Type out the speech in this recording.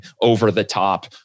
over-the-top